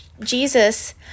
Jesus